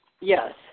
Yes